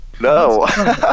No